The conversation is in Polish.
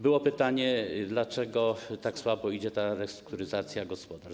Było pytanie, dlaczego tak słabo idzie restrukturyzacja gospodarstw.